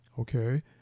okay